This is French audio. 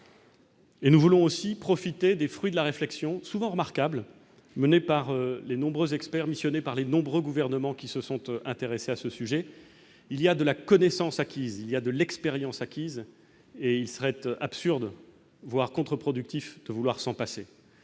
Et nous voulons aussi profiter des fruits de la réflexion souvent remarquables, menés par les nombreux experts missionnés par les nombreux gouvernements qui se sont, eux, intéressé à ce sujet, il y a de la connaissance acquise il y a de l'expérience acquise et il serait absurde, voire contre-productif de vouloir s'en passer,